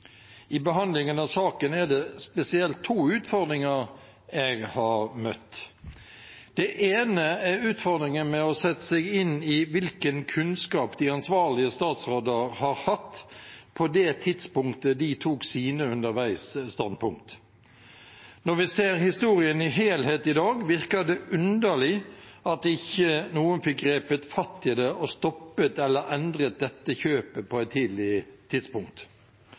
I behandlingen av saken er det spesielt to utfordringer jeg har møtt. Den ene er utfordringen med å sette seg inn i hvilken kunnskap de ansvarlige statsråder har hatt på det tidspunktet de tok sine underveisstandpunkt. Når vi ser historien i helhet i dag, virker det underlig at ikke noen fikk grepet fatt i det og stoppet eller endret dette kjøpet på et tidlig tidspunkt.